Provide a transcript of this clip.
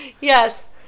Yes